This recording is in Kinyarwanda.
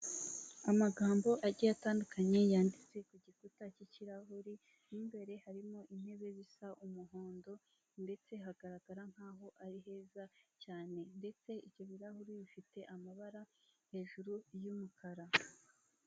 Amagambo agiye atandukanye yanditse ku gikuta cy'ikirahure. Mo imbere harimo intebe zisa umuhondo, ndetse hagaragara nk'aho ari heza cyane, ndetse ibyo birarahure bifite amabara hejuru y'umukara.